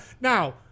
Now-